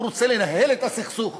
הוא רוצה לנהל את הסכסוך.